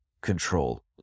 control